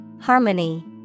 Harmony